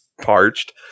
parched